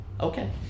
Okay